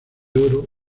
oro